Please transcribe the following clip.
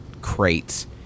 crates